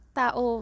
tao